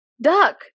duck